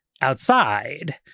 outside